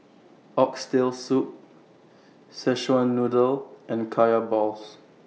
Oxtail Soup Szechuan Noodle and Kaya Balls